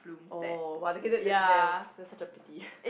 oh !wah! okay that that was that's such a pity